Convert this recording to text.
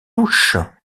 louche